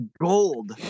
gold